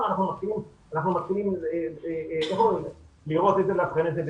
אנחנו מתחילים לראות את זה ולאבחן את זה,